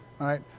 Right